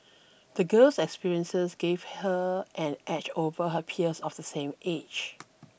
the girl's experiences gave her an edge over her peers of the same age